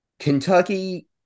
Kentucky